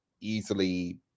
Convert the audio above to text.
easily